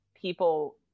people